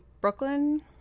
Brooklyn